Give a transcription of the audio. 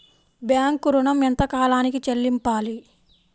Bank ఋణం ఎంత కాలానికి చెల్లింపాలి?